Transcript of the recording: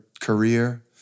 career